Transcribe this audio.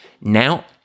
Now